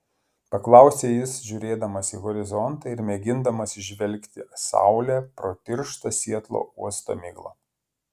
paklausė jis žiūrėdamas į horizontą ir mėgindamas įžvelgti saulę pro tirštą sietlo uosto miglą